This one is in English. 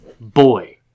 boy